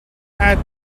add